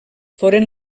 foren